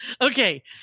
Okay